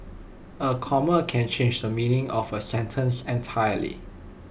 A comma can change the meaning of A sentence entirely